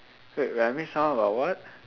wait we having some of what